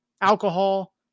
alcohol